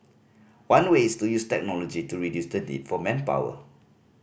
one way is to use technology to reduce the need for manpower